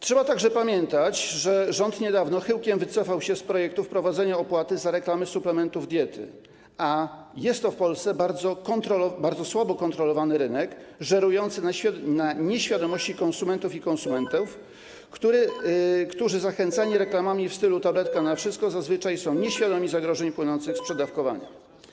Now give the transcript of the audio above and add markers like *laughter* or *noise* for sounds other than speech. Trzeba także pamiętać, że rząd niedawno chyłkiem wycofał się z projektu wprowadzenia opłaty za reklamy suplementów diety, a jest to w Polsce bardzo słabo kontrolowany rynek, żerujący na nieświadomości *noise* konsumentów i konsumentek, którzy zachęcani reklamami w stylu „tabletka na wszystko” zazwyczaj są nieświadomi zagrożeń płynących z przedawkowania.